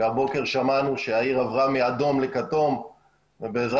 שהבוקר שמענו שהעיר עברה מאדום לכתום ובעזרת